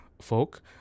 folk